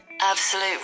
Absolute